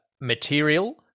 material